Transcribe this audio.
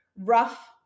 rough